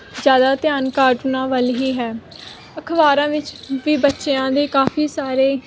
ਜ਼ਿਆਦਾ ਧਿਆਨ ਕਾਰਟੂਨਾਂ ਵੱਲ ਹੀ ਹੈ ਅਖਬਾਰਾਂ ਵਿੱਚ ਵੀ ਬੱਚਿਆਂ ਦੇ ਕਾਫੀ ਸਾਰੇ